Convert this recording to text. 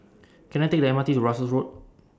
Can I Take The M R T to Russels Road